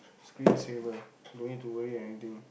screen saver don't need to worry anything